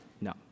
No